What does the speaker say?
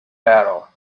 battle